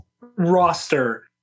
roster